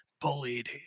bullied